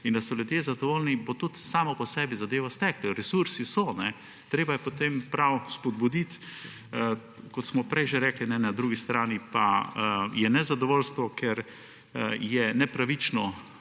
in da so ljudje zadovoljni, bo tudi sama po sebi zadeva stekla. Resursi so, treba je potem prav spodbuditi. Kot smo prej že rekli, na drugi strani pa je nezadovoljstvo, ker je nepravično,